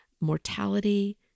Mortality